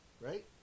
right